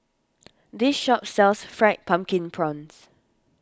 this shop sells Fried Pumpkin Prawns